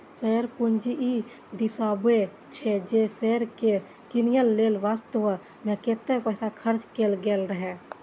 share पूंजी ई दर्शाबै छै, जे शेयर कें कीनय लेल वास्तव मे कतेक पैसा खर्च कैल गेल रहै